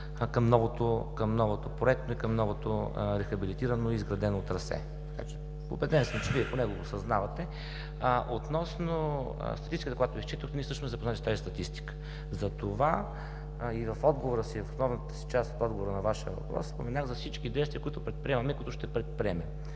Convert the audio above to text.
към новото проектно и към новото рехабилитирано и изградено трасе. Убеден съм, че Вие поне го осъзнавате. Относно статистиката, която изчетохте, ние също сме запознати с тази статистика. В основната част от отговора на Вашия въпрос споменах за всички действия, които предприемаме, които ще предприемем.